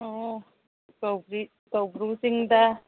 ꯎꯝ ꯀꯧꯕ꯭ꯔꯨ ꯆꯤꯡꯗ